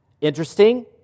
Interesting